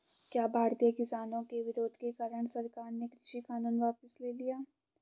क्या भारतीय किसानों के विरोध के कारण सरकार ने कृषि कानून वापस ले लिया?